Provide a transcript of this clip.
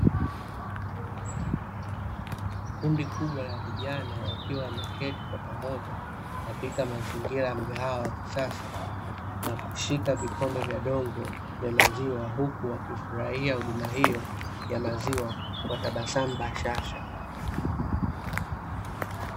Kundi kubwa la vijana wakiwa wameketi kwa pamoja, katika mazingira ya mgahawa wa kisasa na kushika vikombe vya dongo vya maziwa, huku waki furahia huduma hiyo, ya maziwa kwa tabasamu bashasha.